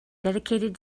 dedicated